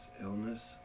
illness